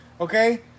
Okay